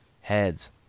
heads